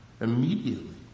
immediately